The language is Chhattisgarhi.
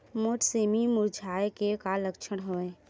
मोर सेमी मुरझाये के का लक्षण हवय?